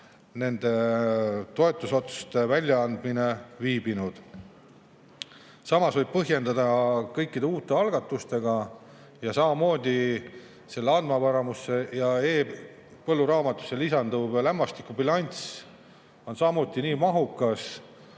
nende toetusotsuste [langetamine] viibinud. Samas võib põhjendada seda kõikide uute algatustega. Samamoodi on see andmevaramusse ja e-põlluraamatusse lisanduv lämmastikubilanss nii mahukas,